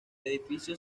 edificio